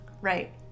Right